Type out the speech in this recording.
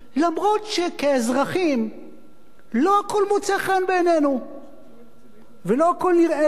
למרות שכאזרחים לא הכול מוצא חן בעינינו ולא הכול נראה לנו.